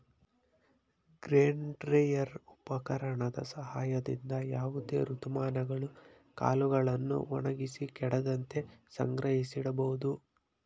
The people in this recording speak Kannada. ಗ್ರೇನ್ ಡ್ರೈಯರ್ ಉಪಕರಣದ ಸಹಾಯದಿಂದ ಯಾವುದೇ ಋತುಮಾನಗಳು ಕಾಳುಗಳನ್ನು ಒಣಗಿಸಿ ಕೆಡದಂತೆ ಸಂಗ್ರಹಿಸಿಡಬೋದು